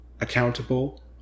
accountable